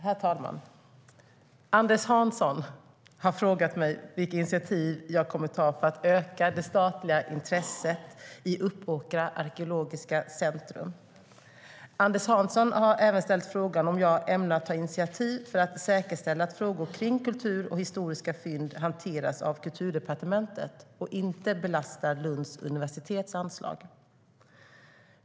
Herr talman! Anders Hansson har frågat mig vilka initiativ jag kommer att ta för att öka det statliga intresset i Uppåkra Arkeologiska Center. Anders Hansson har även ställt frågan om jag ämnar ta initiativ för att säkerställa att frågor kring kultur och historiska fynd hanteras av Kulturdepartementet och inte belastar Lunds universitets anslag.